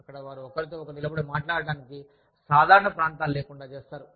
అక్కడ వారు ఒకరితో ఒకరు నిలబడి మాట్లాడటానికి సాధారణ ప్రాంతాలు లేకుండా చేస్తారు